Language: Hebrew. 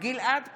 גלעד קריב,